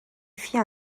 fit